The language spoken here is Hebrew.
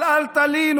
אבל אל תלינו.